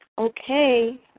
Okay